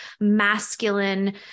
masculine